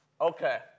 Okay